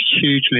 hugely